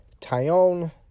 Tyone